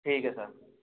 ठीक है सर